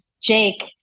jake